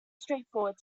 straightforward